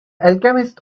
alchemist